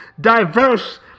diverse